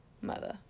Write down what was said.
mother